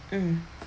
mm